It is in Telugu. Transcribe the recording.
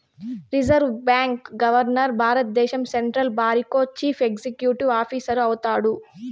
రిజర్వు బాంకీ గవర్మర్ భారద్దేశం సెంట్రల్ బారికో చీఫ్ ఎక్సిక్యూటివ్ ఆఫీసరు అయితాడు